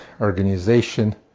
organization